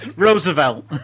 Roosevelt